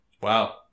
Wow